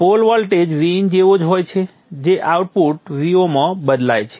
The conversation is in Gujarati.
પોલ વોલ્ટેજ Vin જેવો જ હોય છે જે આઉટપુટ Vo માં બદલાય છે